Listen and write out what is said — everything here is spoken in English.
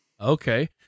Okay